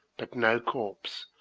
but no corpse,